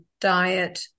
diet